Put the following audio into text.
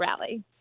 rally